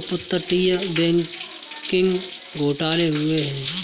अपतटीय बैंकिंग घोटाले हुए हैं